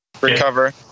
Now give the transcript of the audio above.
recover